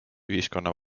ühiskonna